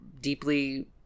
deeply